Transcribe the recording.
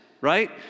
right